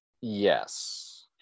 yes